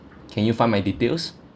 can you find my details